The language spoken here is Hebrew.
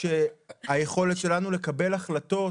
שהיכולת שלנו לקבל החלטות